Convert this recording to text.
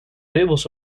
ribbels